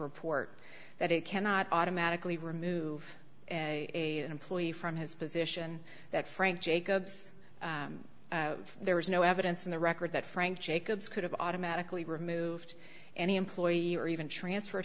report that it cannot automatically remove a employee from his position that frank jacobs there was no evidence in the record that frank jacobs could have automatically removed any employee or even transferred